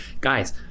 guys